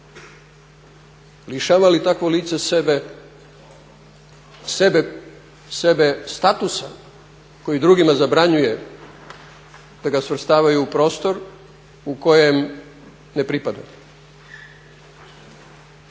Lišava li takvo lice sebe statusa koji drugima zabranjuje da ga svrstavaju u prostor u kojem ne pripada?